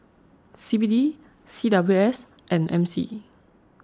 C B D C W S and M C